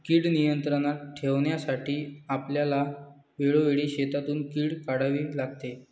कीड नियंत्रणात ठेवण्यासाठी आपल्याला वेळोवेळी शेतातून कीड काढावी लागते